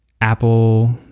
Apple